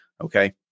okay